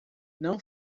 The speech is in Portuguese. não